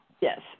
Yes